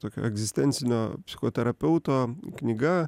tokio egzistencinio psichoterapeuto knyga